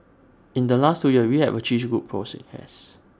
in the last two years we have achieved good